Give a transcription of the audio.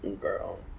girl